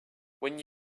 when